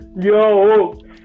Yo